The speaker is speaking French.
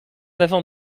avant